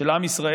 של עם ישראל,